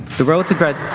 the road to grad.